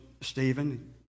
Stephen